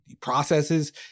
processes